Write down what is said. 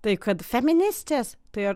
tai kad feministės tai